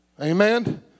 Amen